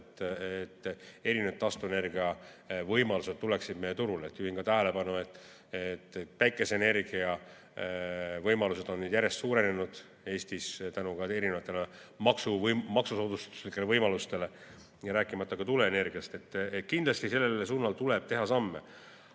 et erinevad taastuvenergiavõimalused tuleksid meie turule. Juhin tähelepanu, et päikeseenergiavõimalused on Eestis järjest suurenenud tänu erinevatele maksusoodustustele, rääkimata tuuleenergiast. Kindlasti sellel suunal tuleb teha samme.